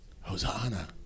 Hosanna